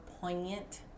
poignant